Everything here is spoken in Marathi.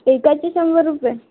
एकाचे शंभर रुपये